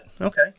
okay